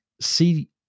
see